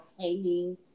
hanging